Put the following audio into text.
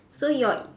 so your